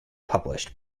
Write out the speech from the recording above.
published